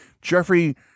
Jeffrey